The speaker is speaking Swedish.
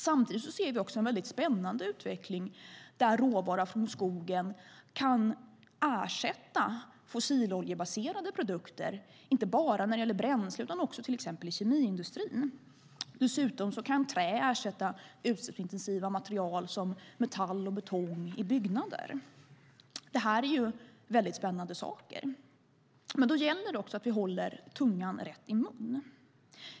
Samtidigt ser vi en mycket spännande utveckling där råvara från skogen kan ersätta fossiloljebaserade produkter, inte bara när det gäller bränsle utan också till exempel i kemiindustrin. Dessutom kan trä ersätta utsläppsintensiva material som metall och betong i byggnader. Detta är mycket spännande saker. Men då gäller det att vi håller tungan rätt i mun.